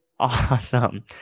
Awesome